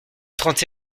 trente